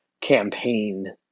campaign